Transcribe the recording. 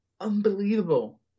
unbelievable